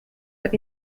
were